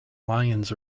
lions